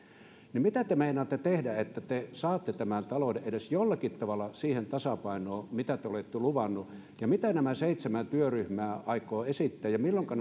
niin mitä te meinaatte tehdä että te saatte tämän talouden edes jollakin tavalla siihen tasapainoon mitä te olette luvanneet ja mitä nämä seitsemän työryhmää aikovat esittää ja milloinka